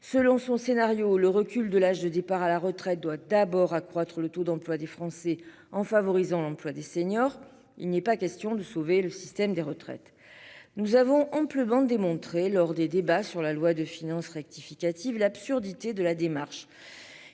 selon son scénario, le recul de l'âge de départ à la retraite doit d'abord accroître le taux d'emploi des Français en favorisant l'emploi des seniors. Il n'est pas question de sauver le système des retraites. Nous avons amplement démontré lors des débats sur la loi de finances rectificative, l'absurdité de la démarche.